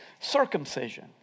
circumcision